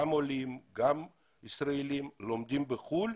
גם עולים, גם ישראלים, לומדים בחוץ לארץ,